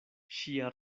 ŝia